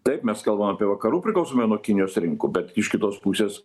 taip mes kalbam apie vakarų priklausomybę nuo kinijos rinkų bet iš kitos pusės